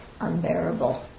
unbearable